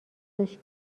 داشت